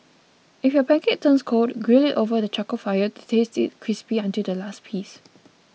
if your pancake turns cold grill it over the charcoal fire to taste it crispy until the last piece